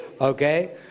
Okay